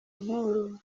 nk’uru